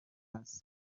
است